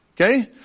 Okay